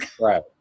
Right